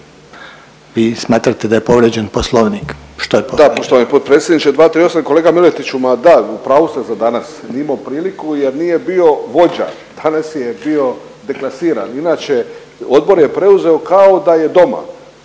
vi smatrate da je povrijeđen Poslovnik? Što je povrijeđeno? **Deur, Ante (HDZ)** Da, poštovani potpredsjedniče. 238. Kolega Miletiću ma da, u pravu ste za danas. Nije imao priliku jer nije bio vođa, danas je bio deklasiran. Inače odbor je preuzeo kao da je doma.